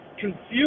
confused